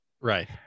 Right